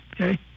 okay